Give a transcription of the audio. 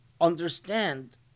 understand